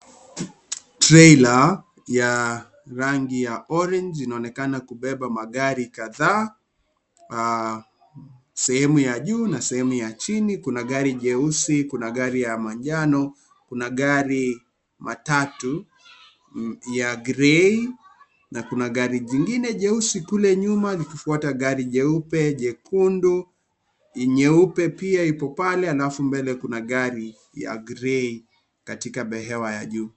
Trera ya rangi ya orange inaonekana kubeba magari kadhaa ,sehemu ya juu na sehemu ya chini kuna gari jeusi kuna gari ya manjano kuna gari matatu ya grey na kuna gari lingine jeusi pale nyuma likifuata gari jeupe ,jekundu nyeupe pia iko pale hafu mbele kuna gari ya grey iliyowekelewa juu.